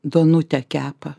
duonutę kepa